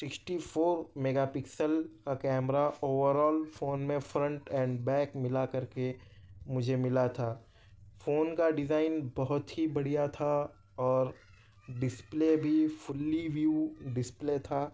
sixty four megapixel کا camera overall phone میں front and back ملا کر کے مجھے ملا تھا فون کا ڈیزائن بہت ہی بڑھیا تھا اور ڈسپلے بھی فلی ویو ڈسپلے تھا